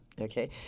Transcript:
okay